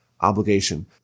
obligation